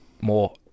more